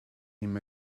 him